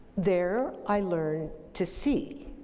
there i learned to see,